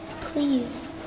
Please